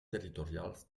territorials